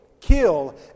kill